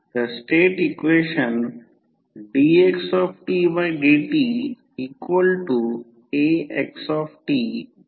तर state equation dxdtaxtbrt आहे